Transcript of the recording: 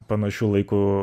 panašiu laiku